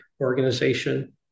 organization